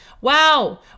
Wow